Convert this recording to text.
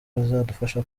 bizadufasha